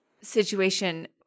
situation